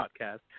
podcast